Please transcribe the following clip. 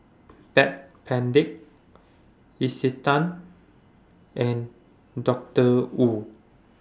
Backpedic Isetan and Doctor Wu